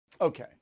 Okay